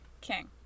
King